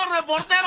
reportero